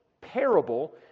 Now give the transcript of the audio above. parable